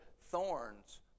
thorns